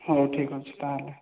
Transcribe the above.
ହଉ ଠିକ୍ ଅଛି ତାହାଲେ